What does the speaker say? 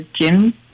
gym